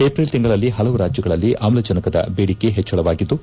April ತಿಂಗಳಲ್ಲಿ ಪಲವು ರಾಜ್ಯಗಳಲ್ಲಿ ಆಮ್ಲಜನಕದ ಬೇಡಿಕೆ ಹೆಚ್ವಳವಾಗಿದ್ದು